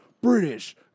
British